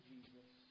Jesus